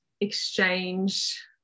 exchange